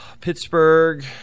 Pittsburgh